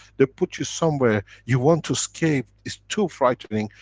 that put you somewhere. you want to escape. it's too frightening.